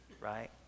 right